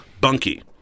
Bunky